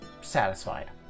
satisfied